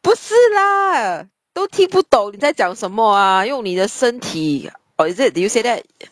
不是 lah 都听不懂你在讲什么 ah 用你的身体 or is it did you say that